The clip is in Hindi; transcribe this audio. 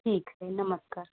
ठीक है नमस्कार